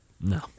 No